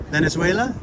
Venezuela